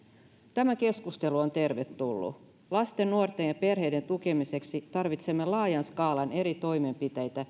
tämä keskustelu on tervetullut lasten nuorten ja perheiden tukemiseksi tarvitsemme laajan skaalan eri toimenpiteitä